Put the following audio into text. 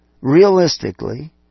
realistically